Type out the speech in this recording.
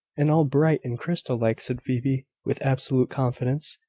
and all bright and crystal like, said phoebe, with absolute confidence.